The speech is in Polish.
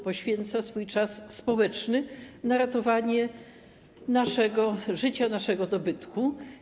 Poświęca swój czas społeczny na ratowanie naszego życia, naszego dobytku.